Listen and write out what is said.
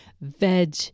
veg